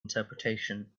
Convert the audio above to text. interpretations